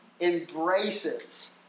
embraces